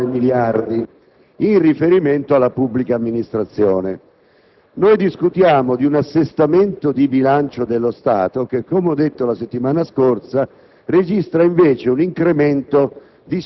con un incremento di 19 miliardi di euro per quanto riguarda la pubblica amministrazione. Noi discutiamo di un assestamento del bilancio dello Stato che - come ho detto la settimana scorsa